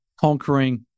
conquering